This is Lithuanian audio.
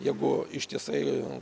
jeigu ištisai